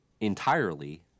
entirely